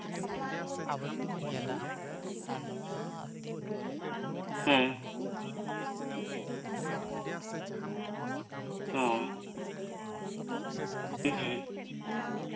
ᱦᱩᱸ ᱚ ᱦᱩᱸ